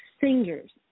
singers